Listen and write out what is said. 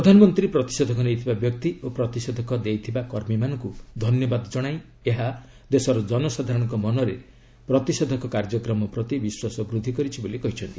ପ୍ରଧାନମନ୍ତ୍ରୀ ପ୍ରତିଷେଧକ ନେଇଥିବା ବ୍ୟକ୍ତି ଓ ପ୍ରତିଷେଧକ ଦେଇଥିବା କର୍ମୀମାନଙ୍କୁ ଧନ୍ୟବାଦ ଜଣାଇ ଏହା ଦେଶର ଜନସାଧାରଣଙ୍କ ମନରେ ପ୍ରତିଷେଧକ କାର୍ଯ୍ୟକ୍ରମ ପ୍ରତି ବିଶ୍ୱାସ ବୃଦ୍ଧି କରିଛି ବୋଲି କହିଛନ୍ତି